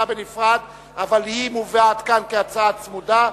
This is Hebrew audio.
בנפרד אבל היא מובאת כאן כהצעה צמודה.